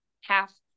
half